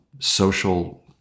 Social